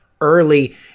early